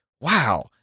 wow